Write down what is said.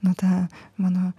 nu ta mano